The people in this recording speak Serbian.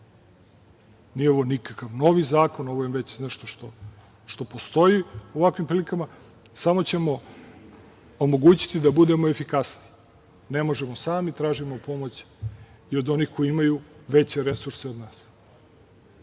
Nije ovo nikakav novi zakon, ovo je nešto što postoji u ovakvim prilikama. Samo ćemo omogućiti da budemo efikasniji. Ne možemo sami, tražimo pomoć i od onih koji imaju veće resurse od nas.